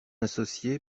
associé